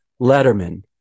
Letterman